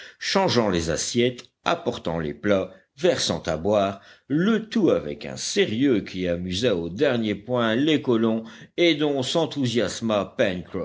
changeant les assiettes apportant les plats versant à boire le tout avec un sérieux qui amusa au dernier point les colons et dont s'enthousiasma